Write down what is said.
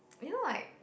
you know like